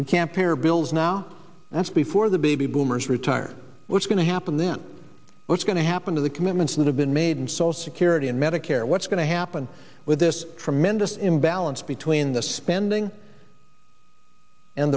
we can pare bills now that's before the baby boomers retire what's going to happen then what's going to happen to the commitments that have been made in social security and medicare what's going to happen with this tremendous imbalance between the spending and